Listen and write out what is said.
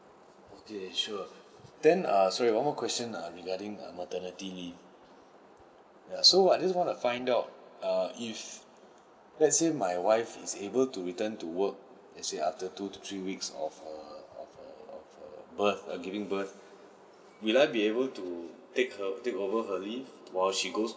okay sure then err sorry one more question err regarding err maternity leave ya so I just want to find out err if let's say my wife is able to return to work let's say after two to three weeks of err of err birth giving birth will I be able to take take over her leave while she goes to